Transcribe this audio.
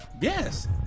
Yes